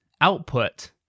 output